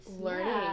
learning